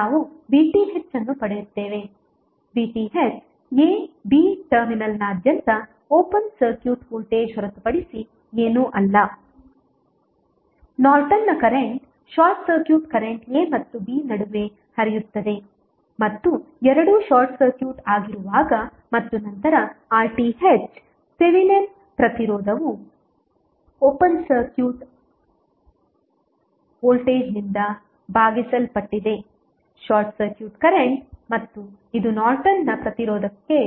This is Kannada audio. ನಾವು VTh ಅನ್ನು ಪಡೆಯುತ್ತೇವೆ VTh ab ಟರ್ಮಿನಲ್ನಾದ್ಯಂತ ಓಪನ್ ಸರ್ಕ್ಯೂಟ್ ವೋಲ್ಟೇಜ್ ಹೊರತುಪಡಿಸಿ ಏನೂ ಅಲ್ಲ ನಾರ್ಟನ್ನ current short circuit current a ಮತ್ತು b ನಡುವೆ ಹರಿಯುತ್ತದೆ ಮತ್ತು ಎರಡೂ ಶಾರ್ಟ್ ಸರ್ಕ್ಯೂಟ್ ಆಗಿರುವಾಗ ಮತ್ತು ನಂತರ RTh ಥೆವೆನಿನ್ ಪ್ರತಿರೋಧವು ಓಪನ್ ಸರ್ಕ್ಯೂಟ್ ವೋಲ್ಟೇಜ್ನಿಂದ ಭಾಗಿಸಲ್ಪಟ್ಟಿದೆ ಶಾರ್ಟ್ ಸರ್ಕ್ಯೂಟ್ ಕರೆಂಟ್ ಮತ್ತು ಇದು ನಾರ್ಟನ್ನ ಪ್ರತಿರೋಧಕ್ಕೆ